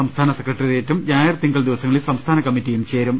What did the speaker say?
സംസ്ഥാന സെക്രട്ടേറിയറ്റും ഞായർ തിങ്കൾ ദിവസങ്ങളിൽ സംസ്ഥാന കമ്മറ്റിയും ചേരും